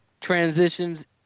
transitions